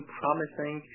promising